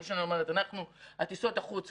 הטיסות החוצה,